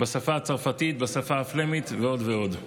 בשפה הצרפתית, בשפה הפלמית ועוד ועוד.